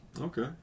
Okay